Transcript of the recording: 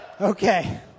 Okay